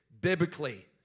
biblically